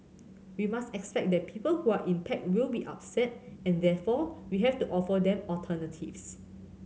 we must expect that people who are impacted will be upset and therefore we have to offer them alternatives